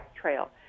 trail